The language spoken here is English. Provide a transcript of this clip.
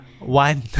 One